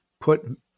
put